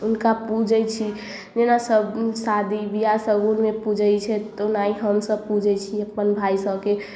हुनका पूजै छी जेना सब शादी विवाह शगुनमे पूजै छै तेनाही हमसब पूजै छी अपन भाइ सबके